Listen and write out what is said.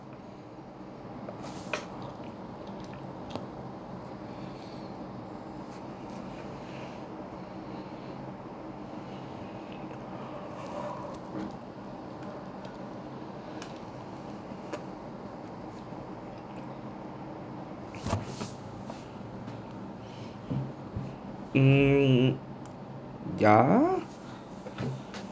mm ya